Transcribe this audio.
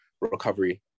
recovery